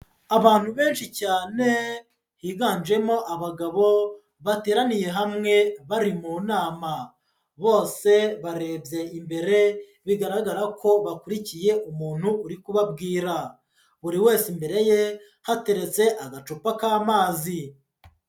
Abantu benshi cyane higanjemo abagabo bateraniye hamwe bari mu nama. Bose barebye imbere bigaragara ko bakurikiye umuntu uri kubabwira. Buri wese imbere ye hateretse agacupa k'amazi.